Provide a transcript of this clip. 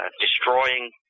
destroying